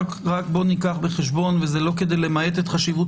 ניקח בחשבון וזה לא כדי למעט את חשיבות